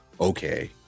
okay